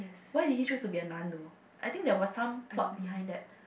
why did he choose to be a nun though I think there was some fault behind there